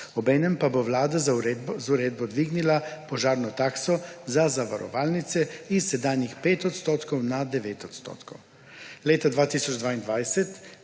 obenem pa bo Vlada z uredbo dvignila požarno takso za zavarovalnice s sedanjih 5 odstotkov na 9 odstotkov.